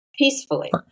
peacefully